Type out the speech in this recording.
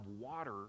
water